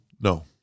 No